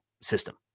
system